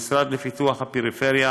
המשרד לפיתוח הפריפריה,